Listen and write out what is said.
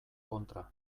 kontra